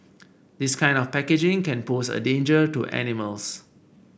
this kind of packaging can pose a danger to animals